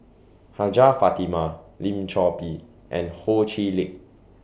Hajjah Fatimah Lim Chor Pee and Ho Chee Lick